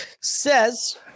says